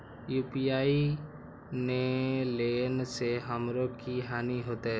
UPI ने लेने से हमरो की हानि होते?